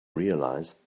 realize